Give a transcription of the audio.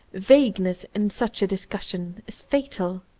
vagueness, in such a discussion, is fatal,